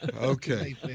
Okay